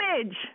image